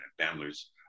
Bandler's